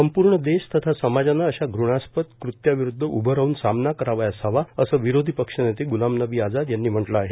संपूर्ण देश तथा समाजानं अशा घृणास्पद कृत्याविरुद्ध उभं राहून सामना करावयास हवा असं विरोधी पक्ष नेते गुलाम नबी आझाद यांनी म्हटलं आहे